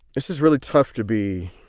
this is really tough to be